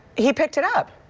he picked it up.